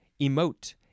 emote